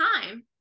time